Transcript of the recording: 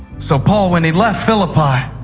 so paul, when he left philippi,